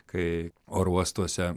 kai oro uostuose